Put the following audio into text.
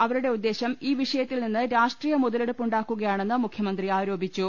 അവരുടെ ഉദ്ദേശം ഈ വിഷയത്തിൽ നിന്ന് രാഷ്ട്രീയ മുതലെടുപ്പ് ഉണ്ടാക്കുകയാണെന്ന് മുഖ്യമന്ത്രി ആരോപിച്ചു